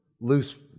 loose